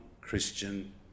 Christian